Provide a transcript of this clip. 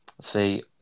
see